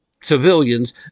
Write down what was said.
civilians